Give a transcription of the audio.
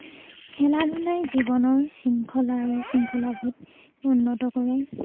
খেলা ধূলাই জীৱনৰ শৃংখলা আৰু শৃংখলাবোধ উন্নত কৰে